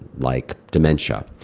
like dementia.